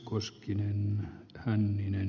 arvoisa puhemies